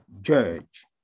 judge